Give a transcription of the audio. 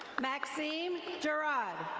maxime jerrod.